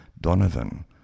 Donovan